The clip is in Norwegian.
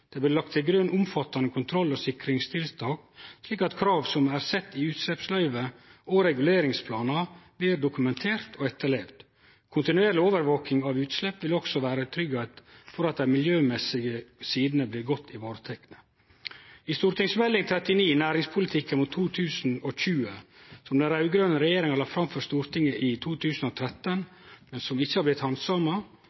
Det blir lagt til grunn omfattande kontroll- og sikringstiltak slik at krav som er sett i utsleppsløyve og i reguleringsplanar, blir dokumenterte og etterlevde. Kontinuerleg overvaking av utslepp vil også vere ei tryggheit for at dei miljømessige sidene blir godt varetekne. I Meld. St. 39 for 2012–2013 om næringspolitikken mot 2020, som den raud-grøne regjeringa la fram for Stortinget i 2013,